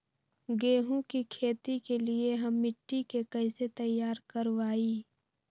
गेंहू की खेती के लिए हम मिट्टी के कैसे तैयार करवाई?